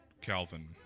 Calvin